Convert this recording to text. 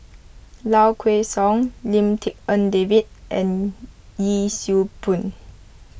Low Kway Song Lim Tik En David and Yee Siew Pun